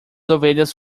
ovelhas